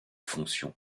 fonction